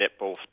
netball